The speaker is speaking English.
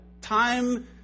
Time